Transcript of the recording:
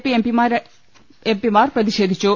P M P മാർ പ്രതി ഷേധിച്ചു